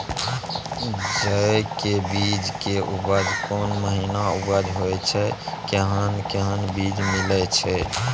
जेय के बीज के उपज कोन महीना उपज होय छै कैहन कैहन बीज मिलय छै?